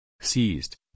Seized